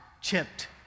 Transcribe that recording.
chipped